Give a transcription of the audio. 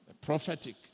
Prophetic